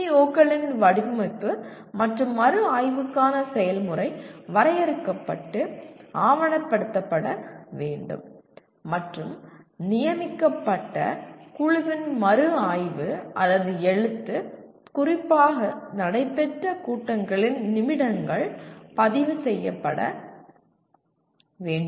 PEO களின் வடிவமைப்பு மற்றும் மறுஆய்வுக்கான செயல்முறை வரையறுக்கப்பட்டு ஆவணப்படுத்தப்பட வேண்டும் மற்றும் நியமிக்கப்பட்ட குழுவின் மறுஆய்வு அல்லது எழுத்து குறிப்பாக நடைபெற்ற கூட்டங்களின் நிமிடங்கள் பதிவு செய்யப்பட வேண்டும்